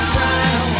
time